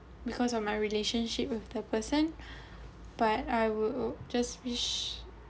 because of my relationship with the person but I will just wish